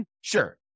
Sure